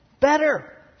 better